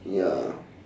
ya